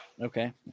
Okay